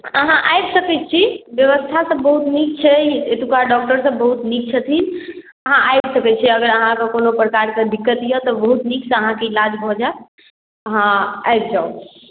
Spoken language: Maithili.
अहाँ आबि सकै छी व्यवस्था सभ बहुत नीक छै एतुक्का डॉक्टरसभ बहुत नीक छथिन अहाँ आबि सकै छी अगर अहाँकेँ कोनो प्रकारके दिक्कत यए तऽ बहुत नीकसँ अहाँके इलाज भऽ जायत अहाँ आबि जाउ